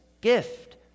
gift